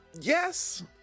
Yes